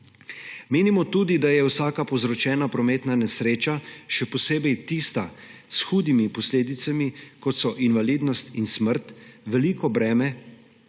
Menimo tudi ,da je vsaka povzročena prometna nesreča, še posebej tista s hudimi posledicami, kot so invalidnost in smrt, veliko breme